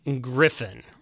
Griffin